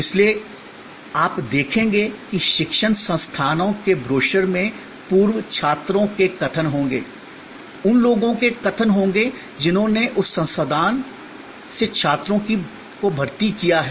तो इसीलिए आप देखेंगे कि शिक्षण संस्थानों के ब्रोशर में पूर्व छात्रों के कथन होंगे उन लोगों के कथन होंगे जिन्होंने उस संस्थान से छात्रों को भर्ती किया है